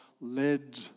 led